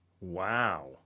Wow